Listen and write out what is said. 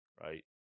right